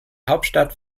hauptstadt